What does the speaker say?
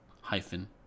hyphen